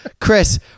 Chris